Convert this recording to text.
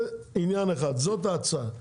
זה עניין אחד, זאת ההצעה.